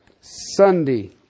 Sunday